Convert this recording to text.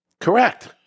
Correct